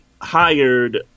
hired